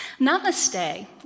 Namaste